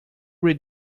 read